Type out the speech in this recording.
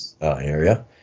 area